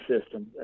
system